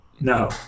No